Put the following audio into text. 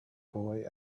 boy